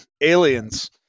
aliens